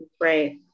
Right